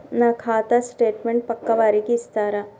నా ఖాతా స్టేట్మెంట్ పక్కా వారికి ఇస్తరా?